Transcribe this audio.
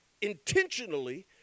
intentionally